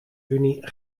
unie